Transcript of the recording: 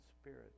spirit